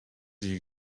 you